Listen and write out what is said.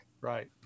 Right